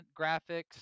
graphics